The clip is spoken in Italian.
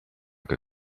che